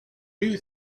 you